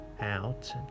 out